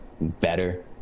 better